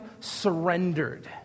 surrendered